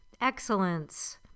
excellence